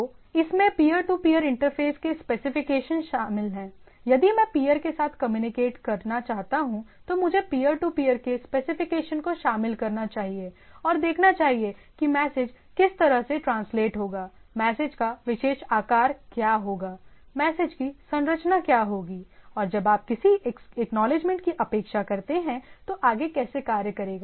तो इसमें peer to peer interface के स्पेसिफिकेशन शामिल हैं यदि मैं पीयर के साथ कम्युनिकेट करना चाहता हूं तो मुझे पीयर टू पीयर के स्पेसिफिकेशन को शामिल करना चाहिए और देखना चाहिए कि मैसेज किस तरह से ट्रांसलेट होगा मैसेज का विशेष आकार क्या होगा मैसेज की संरचना क्या होगी और जब आप किसी एक्नॉलेजमेंट की अपेक्षा करते हैं तो आगे कैसे कार्य करेगा